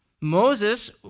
Moses